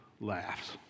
laughs